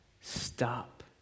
Stop